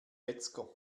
metzger